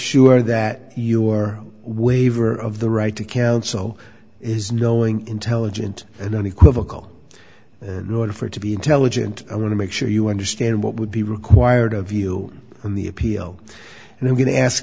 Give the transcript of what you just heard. sure that your waiver of the right to counsel is knowing intelligent and unequivocal in order for it to be intelligent i want to make sure you understand what would be required of you in the appeal and i'm going to ask